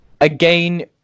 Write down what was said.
Again